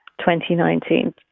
2019